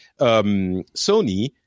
Sony